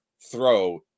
throw